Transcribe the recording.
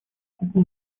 куба